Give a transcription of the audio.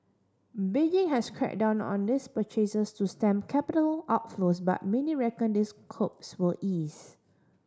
Beijing has cracked down on these purchases to stem capital outflows but many reckon those curbs will ease